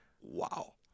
Wow